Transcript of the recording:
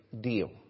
deal